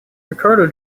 ricardo